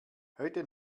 heute